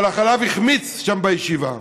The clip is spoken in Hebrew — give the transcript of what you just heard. אבל החלב החמיץ שם בישיבה.